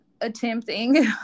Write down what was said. attempting